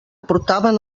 portaven